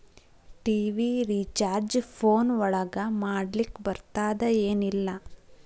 TV recharge phone ಒಳಗ ಮಾಡ್ಲಿಕ್ ಬರ್ತಾದ ಏನ್ ಇಲ್ಲ?